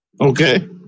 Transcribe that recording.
Okay